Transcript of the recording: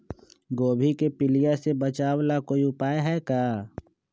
गोभी के पीलिया से बचाव ला कोई उपाय है का?